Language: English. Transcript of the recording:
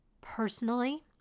personally